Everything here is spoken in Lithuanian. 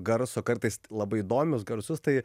garso kartais t labai įdomius garsus tai